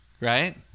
right